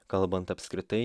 kalbant apskritai